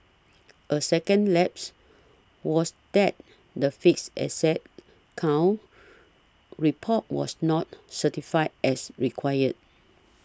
a second lapse was that the fixed asset count report was not certified as required